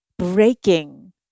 breaking